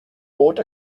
bought